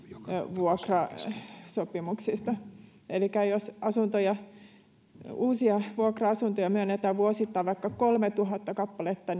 vuokrasopimuksista elikkä jos uusia vuokra asuntoja myönnetään vuosittain vaikka kolmetuhatta kappaletta